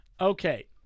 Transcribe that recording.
Okay